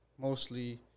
mostly